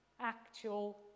actual